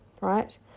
right